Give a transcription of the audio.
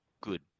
good